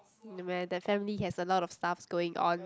that family has a lot of stuffs going on